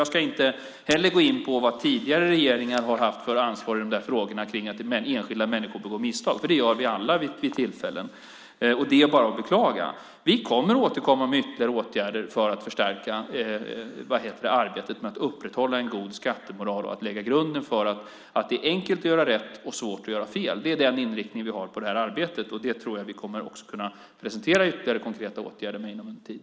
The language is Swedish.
Jag ska inte heller gå in på vad tidigare regeringar har haft för ansvar i frågor som gäller att enskilda människor begår misstag. Misstag begår vi alla vid vissa tillfällen, och det är bara att beklaga. Vi kommer att återkomma med ytterligare åtgärder för att förstärka arbetet med att upprätthålla en god skattemoral och att lägga grunden för att det ska vara enkelt att göra rätt och svårt att göra fel. Det är den inriktning som vi har på detta arbete. Jag tror också att vi kommer att kunna presentera ytterligare konkreta åtgärder om en tid.